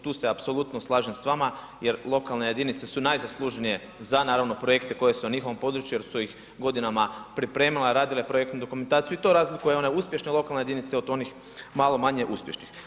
Tu se apsolutno slažem s vama jer lokalne jedinice su najzaslužnije naravno za projekte koji su na njihovom području jer su ih godinama pripremale, radile projektnu dokumentaciju i to razlikuje one uspješne lokalne jedinice od onih malo manje uspješnih.